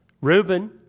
Reuben